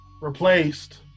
replaced